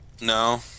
No